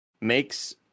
makes